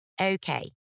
Okay